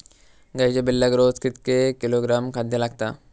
गाईच्या पिल्लाक रोज कितके किलोग्रॅम खाद्य लागता?